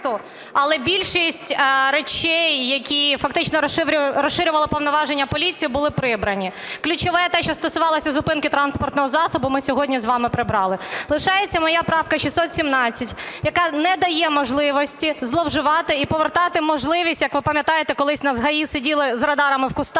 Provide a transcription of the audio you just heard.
але більшість речей, які фактично розширювали повноваження поліції, були прибрані. Ключове - те, що стосувалося зупинки транспортного засобу, - ми сьогодні з вами прибрали. Лишається моя правка 617, яка не дає можливості зловживати і повертати можливість, як ви пам'ятаєте, колись в нас ГАІ сиділи з радарами в кущах.